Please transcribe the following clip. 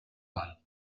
val